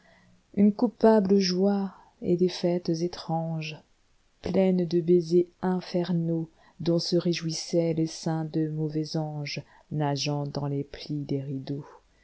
une coupable joie et des fêles éirangespleines de baisers infernaux dont se rejouissait l'essaim de mauvais angesnageant dans les plis des rideaux